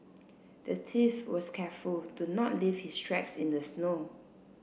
the thief was careful to not leave his tracks in the snow